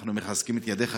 ואנחנו מחזקים את ידיך.